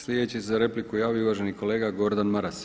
Sljedeći se na repliku javio uvaženi kolega Gordan Maras.